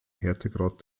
härtegrad